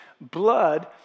blood